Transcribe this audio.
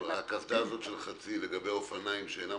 הדרישה של חצי לגבי אופניים רגילים,